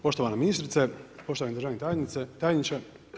Poštovana ministrice, poštovani državni tajniče.